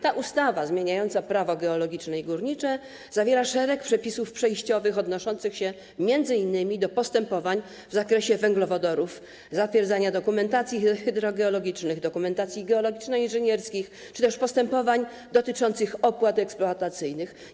Ta ustawa zmieniająca Prawo geologiczne i górnicze zawiera szereg przepisów przejściowych odnoszących się m.in. do postępowań w zakresie węglowodorów, zatwierdzania dokumentacji hydrogeologicznych, dokumentacji geologiczno-inżynierskich czy też postępowań dotyczących opłat eksploatacyjnych.